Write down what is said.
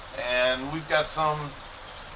and we've got some.